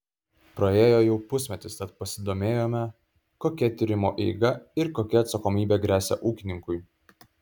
praėjo jau pusmetis tad pasidomėjome kokia tyrimo eiga ir kokia atsakomybė gresia ūkininkui